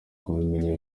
kubimenya